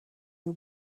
you